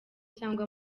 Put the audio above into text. cyangwa